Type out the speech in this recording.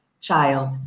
child